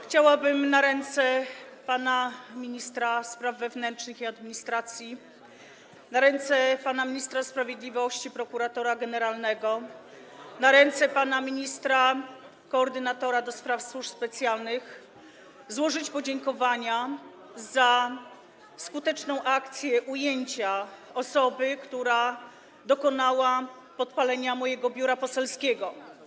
Chciałabym na ręce pana ministra spraw wewnętrznych i administracji, na ręce pana ministra sprawiedliwości, prokuratora generalnego, na ręce pana ministra koordynatora do spraw służb specjalnych złożyć podziękowania za skuteczną akcję ujęcia osoby, która dokonała podpalenia mojego biura poselskiego.